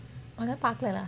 இன்னும் பாக்கலே:innum paakaleh